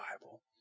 Bible